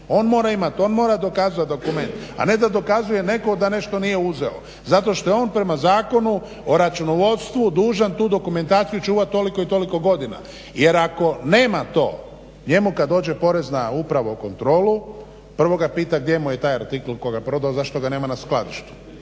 On mora imati on mora dokazati dokument, a ne da dokazuje netko da nešto nije uzeo zato što je on prema Zakonu o računovodstvu dužan tu dokumentaciju čuvati toliko i toliko godina. Jer ako nema to njemu kada dođe Porezna uprava u kontrolu prvo ga pita gdje mu je taj artikl koga prodao zašto ga nema na skladištu.